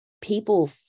people